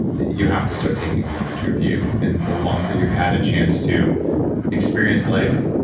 you have to start taking a longer term view. and the longer you've had a chance to experience life,